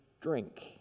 drink